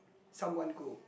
someone who